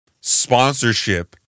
sponsorship